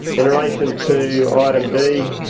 in relation to item d,